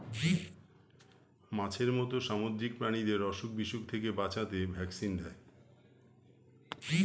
মাছের মত সামুদ্রিক প্রাণীদের অসুখ বিসুখ থেকে বাঁচাতে ভ্যাকসিন দেয়